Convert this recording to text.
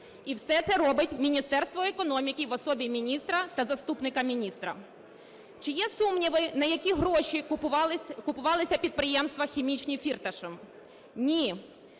І все це робить Міністерство економіки в особі міністра та заступника міністра. Чи є сумніви, на які гроші купувалися підприємства хімічні Фірташем? Ні.